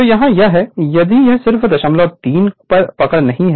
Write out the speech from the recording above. तो यहाँ यह है यहाँ यह सिर्फ 03 पर पकड़ नहीं है